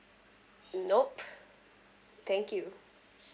nope thank you